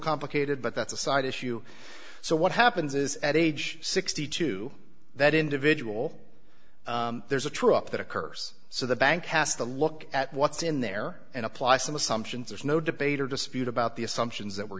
complicated but that's a side issue so what happens is at age sixty two that individual there's a true up that a curse so the bank has to look at what's in there and apply some assumptions there's no debate or dispute about the assumptions that were